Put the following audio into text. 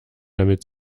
damit